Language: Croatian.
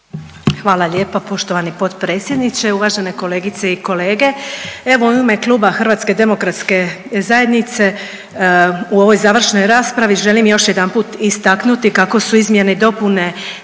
Hvala lijepa poštovani potpredsjedniče uvažene kolegice i kolege. Evo i u ime kluba Hrvatske demokratske zajednice u ovoj završnoj raspravi želim još jedanput istaknuti kako su izmjene i dopune